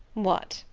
what,